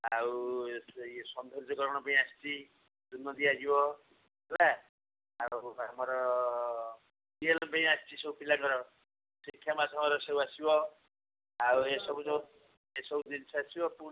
ଆଉ ଇଏ ସୌନ୍ଦର୍ଯ୍ୟକରଣ ପାଇଁ ଆସିଛି ଚୂନ ଦିଆଯିବ ହେଲା ଆଉ ଆମର ପାଇଁ ଆସିଛି ସବୁ ପିଲାଙ୍କର ଶିକ୍ଷା ମାଧ୍ୟମରେ ସବୁ ଆସିବ ଆଉ ଏସବୁ ଯୋଉ ଏସବୁ ଜିନିଷ ଆସିବ ପୁଣି